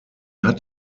hat